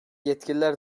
yetkililer